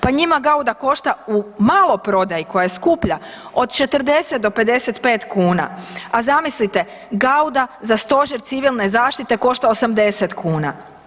Pa njima Gauda košta u maloprodaji, koja je skuplja, od 40-55 kuna, a zamislite Gauda za Stožer civilne zaštite košta 80 kuna.